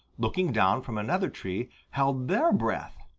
looking down from another tree, held their breath.